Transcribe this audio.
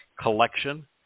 collection